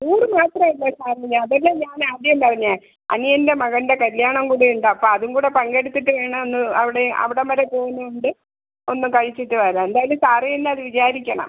tour മാത്രവല്ല സാറിന് അതല്ലെ ഞാൻ ആദ്യം പറഞ്ഞത് അനിയൻ്റെ മകൻ്റെ കല്ല്യാണം കൂടേണ്ട് അപ്പം അതും കൂടെ പങ്കെടുത്തിട്ട് വേണം ഒന്ന് അവിടെ അവിടം വരെ പോവുന്നത് കൊണ്ട് ഒന്നു കഴിച്ചിട്ട് വരാം എന്തായാലും സാറ് തന്നെ അത് വിചാരിക്കണം